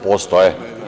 Postoje.